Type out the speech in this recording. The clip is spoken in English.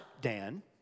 Dan